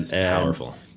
Powerful